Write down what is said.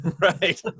Right